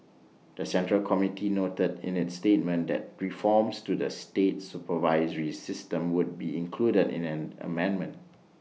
the central committee noted in its statement that reforms to the state supervisory system would be included in an amendment